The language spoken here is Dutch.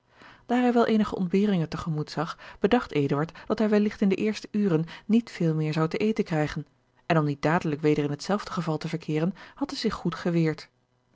daar hij wel eenige ontberingen te gemoet zag bedacht eduard dat hij welligt in de eerste uren niet veel meer zou te eten krijgen en om niet dadelijk weder in het zelfde geval te verkeeren had hij zich goed geweerd